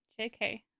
Jk